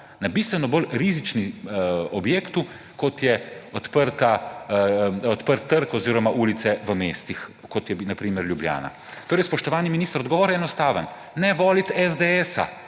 na bistveno bolj rizičnem objektu, kot je odprt trg oziroma ulice v mestih, kot je na primer Ljubljana. Spoštovani minister, odgovor je enostaven, ne voliti SDS,